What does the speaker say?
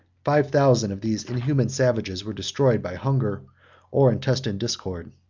five thousand of these inhuman savages were destroyed by hunger or intestine discord.